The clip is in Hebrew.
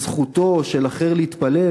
בזכותו של אחר להתפלל,